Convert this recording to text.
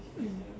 mm